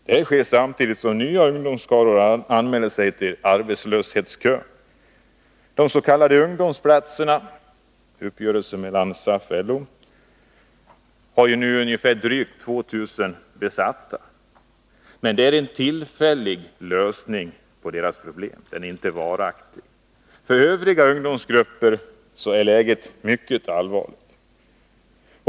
Detta sker samtidigt som nya ungdomsskaror anmäler sig till arbetslöshetskön. De s.k. ungdomsplatserna — en uppgörelse mellan SAF och LO — har nu ungefär drygt 2 000 platser besatta. Men det är bara en tillfällig lösning på deras problem; den är inte varaktig. Även för övriga ungdomsgrupper är läget mycket allvarligt.